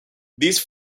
these